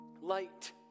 light